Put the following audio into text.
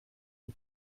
die